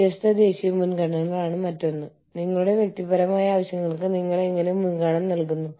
അവർ തങ്ങളുടെ ഉൽപ്പന്നങ്ങളും സേവനങ്ങളും മാതൃരാജ്യത്തിന് പുറത്ത് വിപണനം ചെയ്യുന്നു